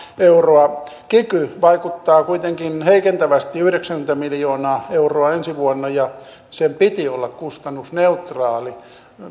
euroa kiky vaikuttaa kuitenkin heikentävästi yhdeksänkymmentä miljoonaa euroa ensi vuonna ja sen piti olla kustannusneutraali